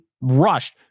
rushed